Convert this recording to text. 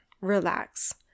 relax